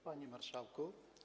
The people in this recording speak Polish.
Panie Marszałku!